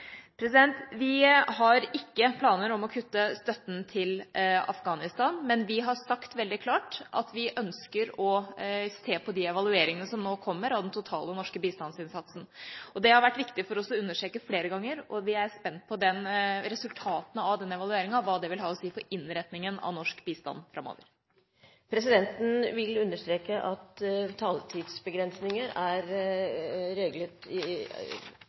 Vi har ikke planer om å kutte støtten til Afghanistan, men vi har sagt veldig klart at vi ønsker å se på de evalueringene som nå kommer av den totale norske bistandsinnsatsen. Det har det vært viktig for oss å understreke flere ganger, og vi er spent på resultatene av evalueringa og hva det vil ha å si for innretningen av norsk bistand framover. Presidenten vil understreke at taletidsbegrensninger er hjemlet i